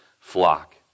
flock